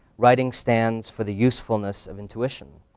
writing stands for the usefulness of intuition,